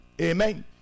Amen